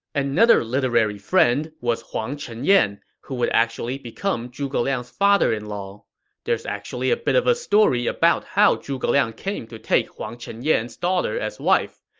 literary friend was huang chenyan, who would actually become zhuge liang's father in law there's actually a bit of a story about how zhuge liang came to take huang chenyan's daughter as wife.